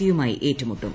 C യുമായി ഏറ്റുമുട്ടും